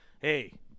hey